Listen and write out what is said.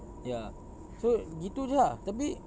ya so begitu jer lah tapi